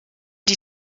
die